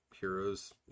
heroes